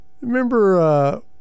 Remember –